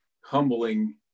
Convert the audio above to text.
humbling